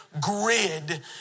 grid